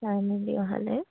চাই মেলি অহালে